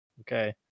Okay